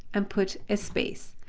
and put a space.